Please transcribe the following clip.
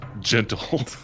gentle